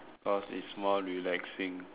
because it's more relaxing